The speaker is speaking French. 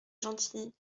gentilly